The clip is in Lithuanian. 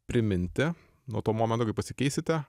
priminti nuo to momento kai pasikeisite